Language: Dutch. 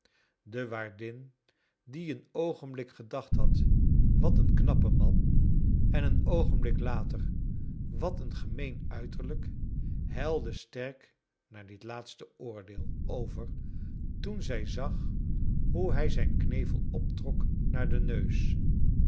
de waardin die een oogenblik gedacht had wat een knappe man en een oogenblik later wat een gemeen uiterlijk helde sterk naar dit laatste oordeel over toen zij zag hoe hij zijn knevel optrok naar den neus